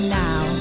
now